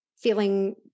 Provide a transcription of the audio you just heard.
feeling